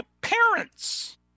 parents